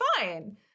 fine